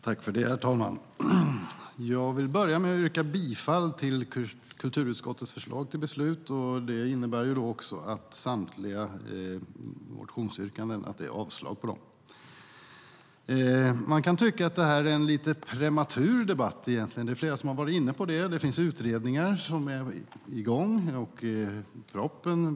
Herr talman! Jag vill börja med att yrka bifall till kulturutskottets förslag till beslut, och det innebär också att samtliga motionsyrkanden avslås. Man kan tycka att det här är en lite prematur debatt. Det är flera som har varit inne på det. Det finns utredningar som är i gång.